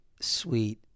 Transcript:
sweet